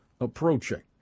approaching